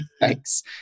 Thanks